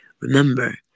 remember